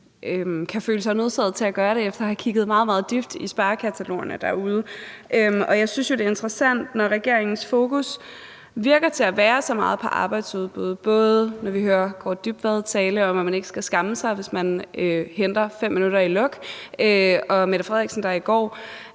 kan føle sig nødsaget til at gøre det efter at have kigget meget, meget dybt i sparekatalogerne derude. Jeg synes jo, det er interessant, når regeringens fokus lader til at være så meget på arbejdsudbud, og når vi både hører udlændinge- og integrationsministeren tale om, at man ikke skal skamme sig, hvis man henter 5 minutter i lukketid, og statsministeren, der i går